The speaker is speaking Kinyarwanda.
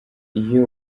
iyo